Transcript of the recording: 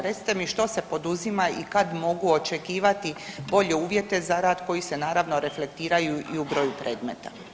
Recite mi što se poduzima i kad mogu očekivati bolje uvjete za rad koji se naravno reflektiraju i u broju predmeta.